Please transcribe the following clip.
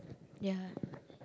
ya